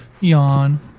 yawn